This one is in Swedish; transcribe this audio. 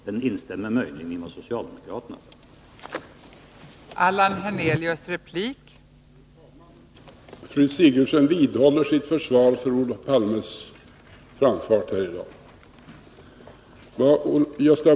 Den skulle möjligen instämma i vad socialdemokraterna har sagt.